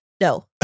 no